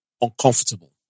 uncomfortable